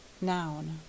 Noun